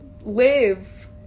live